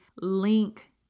link